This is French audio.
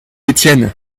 étienne